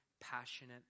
passionate